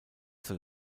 zur